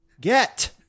Get